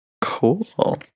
Cool